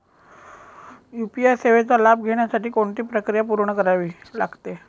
UPI सेवेचा लाभ घेण्यासाठी कोणती प्रक्रिया पूर्ण करावी लागते?